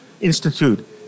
Institute